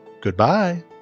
goodbye